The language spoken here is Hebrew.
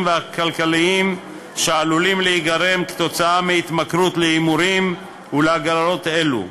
והכלכליים שעלולים להיגרם מהתמכרות להימורים ולהגרלות אלו.